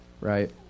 right